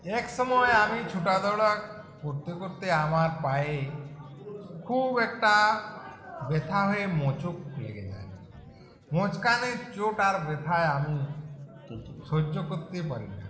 এক সময় আমি ছুটা দৌড়া করতে করতে আমার পায়ে খুব একটা ব্যেথা হয়ে মোচক লেগে যায় মোচকানের চোট আর ব্যেথায় আমি সহ্য করতে পারি না